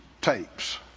tapes